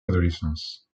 adolescence